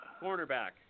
cornerback